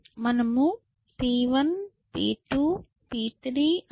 మనము P1 P2 P3